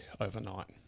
overnight